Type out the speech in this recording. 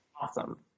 awesome